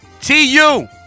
T-U